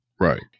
Right